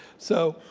so